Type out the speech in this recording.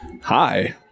hi